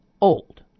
old